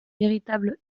véritable